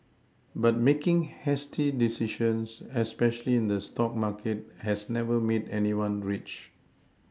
but making hasty decisions especially in the stock market has never made anyone rich